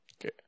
Okay